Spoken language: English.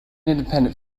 independent